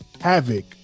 havoc